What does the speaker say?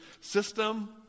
system